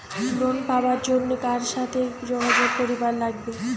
Loan পাবার জন্যে কার সাথে যোগাযোগ করিবার লাগবে?